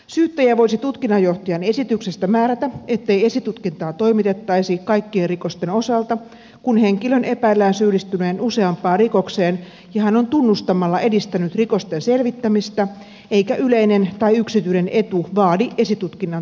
syyttäjä voisi tutkinnanjohtajan esityksestä määrätä ettei esitutkintaa toimitettaisi kaikkien rikosten osalta kun henkilön epäillään syyllistyneen useampaan rikokseen ja hän on tunnustamalla edistänyt rikosten selvittämistä eikä yleinen tai yksityinen etu vaadi esitutkinnan toimittamista